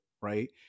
right